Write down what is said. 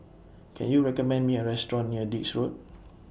Can YOU recommend Me A Restaurant near Dix Road